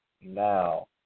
now